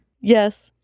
yes